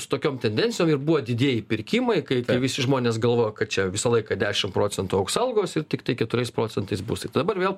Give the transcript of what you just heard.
su tokiom tendencijom ir buvo didieji pirkimai kai visi žmonės galvojo kad čia visą laiką dešim procentų augs algos ir tiktai keturiais procentais būstai dabar vėl